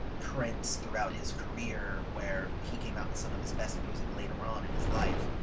prince throughout his career, where he came out with some of his best music later on in his life.